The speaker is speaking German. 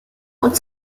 und